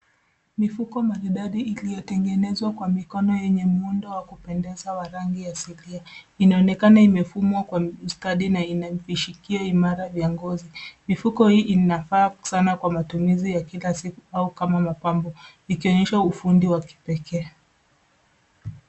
Mifuko maridadi iliyotengenezwa kwa mikono yenye muundo wa kupendeza wa rangi asilia. Inaonekana imefumwa kwa ustadi na ina vishikio imara vya ngozi. Mifuko hii inafaa sana kwa matumizi ya kila siku au kama mapambo ikionyesha ufundi wa kipekee.